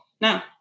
No